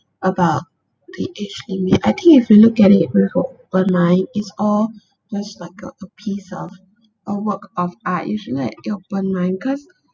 about fetish image I think if you look at it with a open mind it's almost like a a piece of a work of art usually like it open mind cause